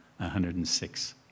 106